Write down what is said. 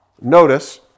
Notice